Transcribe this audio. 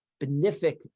benefic